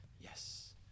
yes